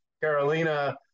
Carolina